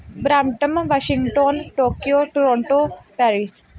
Brampton Washington Tokyo Toronto Paris